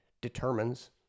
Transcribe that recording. determines